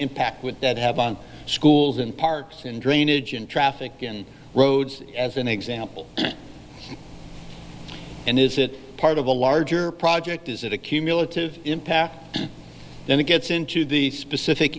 impact would that have on schools and parks and drainage and traffic in roads as an example and is it part of a larger project is it a cumulative impact then it gets into the specific